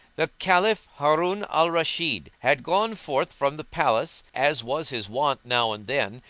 the caliph, harun al-rashid, had gone forth from the palace, as was his wont now and then,